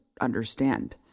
understand